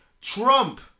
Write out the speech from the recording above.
Trump